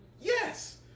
yes